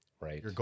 Right